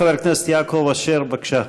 חבר הכנסת יעקב אשר, בבקשה.